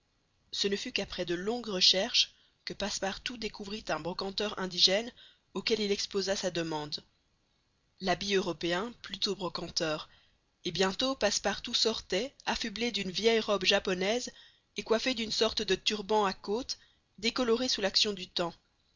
ce ne fut qu'après de longues recherches que passepartout découvrit un brocanteur indigène auquel il exposa sa demande l'habit européen plut au brocanteur et bientôt passepartout sortait affublé d'une vieille robe japonaise et coiffé d'une sorte de turban à côtes décoloré sous l'action du temps